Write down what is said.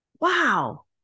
wow